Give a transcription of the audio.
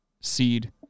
seed